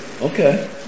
Okay